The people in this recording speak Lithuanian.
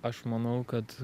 aš manau kad